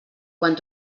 quan